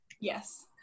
Yes